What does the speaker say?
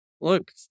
look